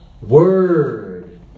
Word